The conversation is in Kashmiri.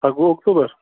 اکوُہ اکتوٗبَر